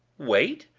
wait?